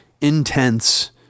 intense